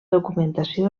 documentació